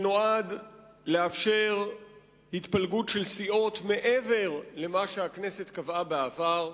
שנועד לאפשר התפלגות של סיעות מעבר למה שהכנסת קבעה בעבר,